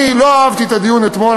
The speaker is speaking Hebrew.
אני לא אהבתי את הדיון אתמול.